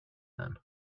then